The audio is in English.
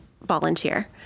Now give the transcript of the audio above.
volunteer